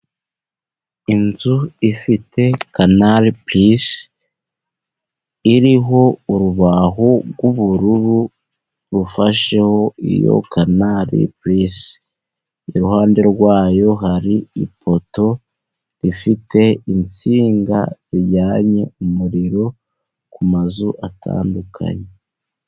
Inzu ifite kanari purisi iriho urubaho rw'ubururu, rufashe iyo kanari prisi, iruhande rwayo hari ifoto ifite insinga zijyana umuriro ku mazu atandukanye.